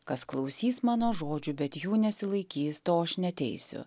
kas klausys mano žodžių bet jų nesilaikys to aš ne teisiu